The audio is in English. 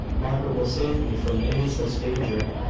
margaret will save me from any such danger.